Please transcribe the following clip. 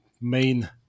main